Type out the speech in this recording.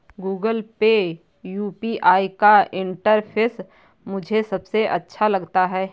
Google pay UPI का interface मुझे सबसे अच्छा लगता है